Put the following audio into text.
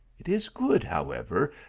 it is good, however,